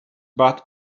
but